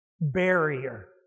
barrier